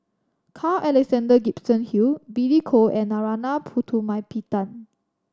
Carl Alexander Gibson Hill Billy Koh and Narana Putumaippittan